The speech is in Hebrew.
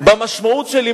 במשמעות שלי,